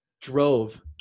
drove